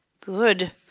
Good